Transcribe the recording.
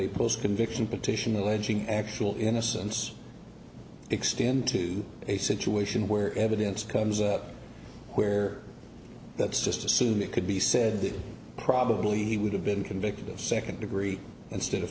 post conviction pictish an alleging actual innocence extend to a situation where evidence comes up where that's just assume it could be said that probably he would have been convicted of second degree instead of